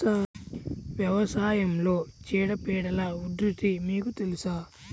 వ్యవసాయంలో చీడపీడల ఉధృతి మీకు తెలుసా?